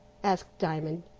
asked diamond,